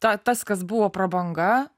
ta tas kas buvo prabanga